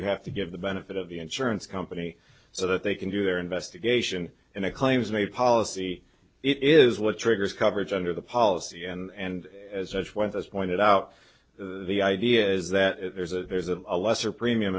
you have to give the benefit of the insurance company so that they can do their investigation in a claims made policy it is what triggers coverage under the policy and as such when this pointed out the idea is that there's a there's a lesser premium